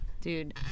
Dude